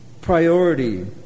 priority